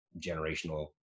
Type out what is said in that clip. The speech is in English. generational